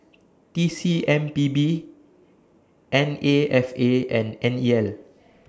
T C M P B N A F A and N E L